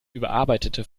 überarbeitete